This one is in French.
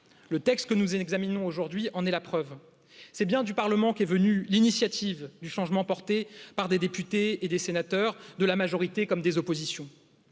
le texte que nous examinons aujourd'hui en est la preuve c'est bien du Parlement qu'est venue l'initiative du changement porté par des députés et des sénateurs de la majorité comme des oppositions